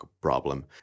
problem